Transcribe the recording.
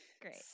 Great